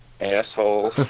asshole